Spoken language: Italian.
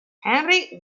henry